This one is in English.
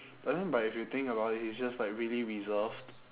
but then but if you think about it he is just like really reserved